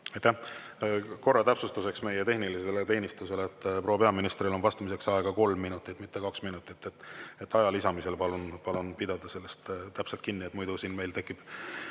Korra täpsustuseks tehnilisele teenistusele, et proua peaministril on vastamiseks aega kolm minutit, mitte kaks minutit. Aja lisamisel palun pidada sellest täpselt kinni, muidu tekib